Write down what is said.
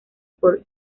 por